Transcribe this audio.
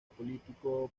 político